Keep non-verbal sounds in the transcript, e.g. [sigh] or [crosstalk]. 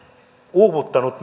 uuvuttanut [unintelligible]